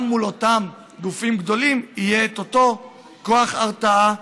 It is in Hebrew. גם מול אותם גופים גדולים יהיה את אותו כוח הרתעה,